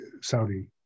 Saudi